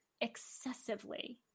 excessively